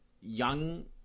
young